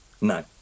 No